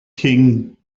king